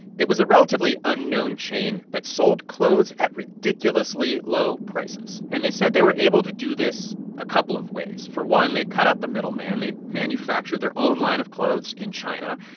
it was a relatively unknown chain that sold clothes at ridiculously low prices. and they said they were able to do this a couple of ways for one, they cut out the middleman. they manufactured their own line of clothes in china.